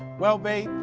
well, babe,